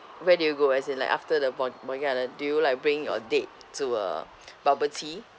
where do you go as in like after the bo~ botanic garden do you like bring your date to a bubble tea